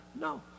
No